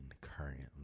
currently